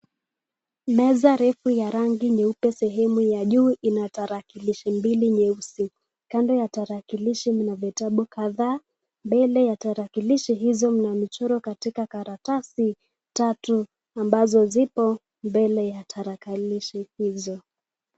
Meza refu ya rangi nyeupe sehemu ya juu ina tarakilishi mbili nyeusi. Kando ya tarakilishi mna vitabu kadhaa. Mbele ya tarakilishi hizo mna michoro katika karatasi tatu ambazo zipo mbele ya tarakilishi izo.